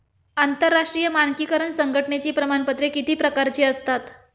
आंतरराष्ट्रीय मानकीकरण संघटनेची प्रमाणपत्रे किती प्रकारची असतात?